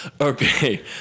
Okay